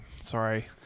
sorry